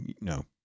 no